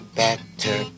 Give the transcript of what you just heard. better